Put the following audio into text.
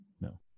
No